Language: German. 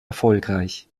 erfolgreich